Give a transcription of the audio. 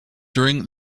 during